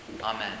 Amen